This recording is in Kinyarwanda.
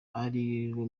arirwo